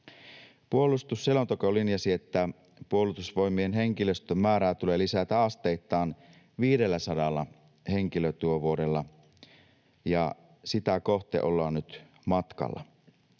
Puolustusselonteko linjasi, että Puolustusvoimien henkilöstön määrää tulee lisätä asteittain 500 henkilötyövuodella, ja sitä kohti ollaan nyt matkalla.